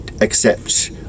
accept